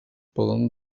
poden